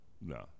No